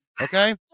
Okay